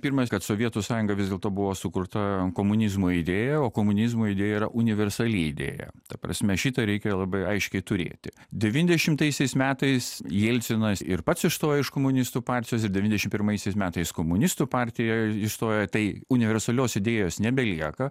pirmas kad sovietų sąjungoj vis dėlto buvo sukurta komunizmo idėja o komunizmo idėja yra universali idėja ta prasme šitą reikia labai aiškiai turėti devyniasdešimtaisiais metais jelcinas ir pats išstojo iš komunistų partijos ir devyniasdešim pirmaisiais metais komunistų partija išstoja tai universalios idėjos nebelieka